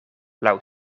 laŭ